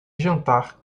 jantar